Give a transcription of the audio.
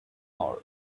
all